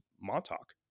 Montauk